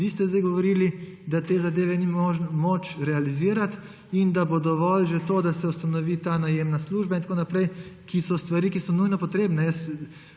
vi ste zdaj govorili, da te zadeve ni moč realizirati in da bo dovolj že to, da se ustanovi ta najemna služba in tako naprej, ki so stvari, ki so nujno potrebne.